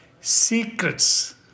Secrets